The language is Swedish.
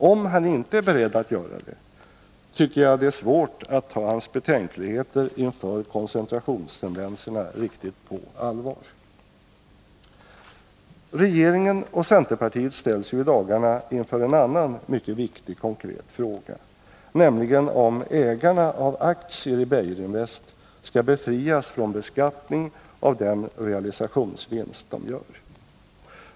Om han inte är beredd att göra det tycker jag det är svårt att ta hans betänkligheter inför koncentrationstendenserna riktigt på allvar. Regeringen och centerpartiet ställs ju i dagarna inför en annan mycket viktig konkret fråga, nämligen om ägarna av aktier i Beijerinvest skall befrias från beskattning av den realisationsvinst de gör.